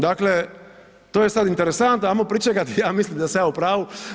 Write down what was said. Dakle to je sada interesantno, ajmo pričekat, ja mislim da sam ja u pravu.